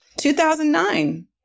2009